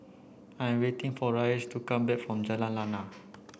I am waiting for Rhys to come back from Jalan Lana